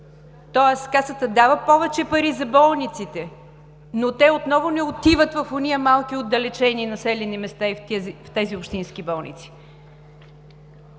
тоест Касата дава повече пари за болниците, но те отново не отиват в онези малки отдалечени населени места и в тези общински болници.